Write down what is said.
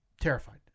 terrified